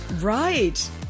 Right